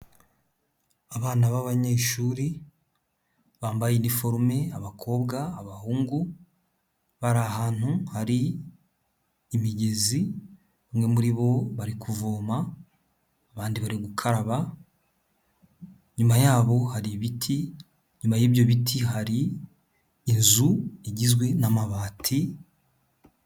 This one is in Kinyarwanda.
Abana b'abanyeshuri bambaye iniforume abakobwa, abahungu, bari ahantu hari imigezi, bamwe muri bo bari kuvoma abandi bari gukaraba, inyuma yabo hari ibiti, inyuma y'ibyo biti hari inzu igizwe n'amabati.